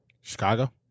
Chicago